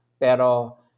Pero